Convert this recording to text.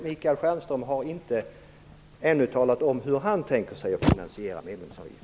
Michael Stjernström har, som sagt, ännu inte talat om hur han vill finansiera medlemsavgiften.